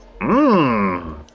Mmm